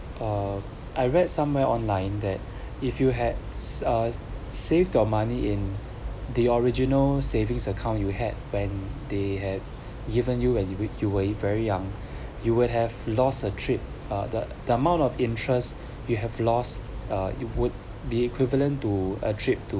uh I read somewhere online that if you hads uh save your money in the original savings account you had when they have given you as you were you a very young you would have lost a trip or the the amount of interest you have lost er you would be equivalent to a trip to